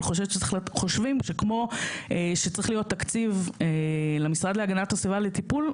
אבל אנחנו חושבים שכמו שצריך להיות תקציב למשרד להגנת הסביבה לטיפול,